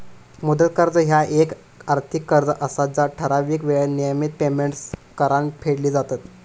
मुदत कर्ज ह्या येक आर्थिक कर्ज असा जा ठराविक येळेत नियमित पेमेंट्स करान फेडली जातत